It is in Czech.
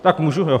Tak můžu, jo?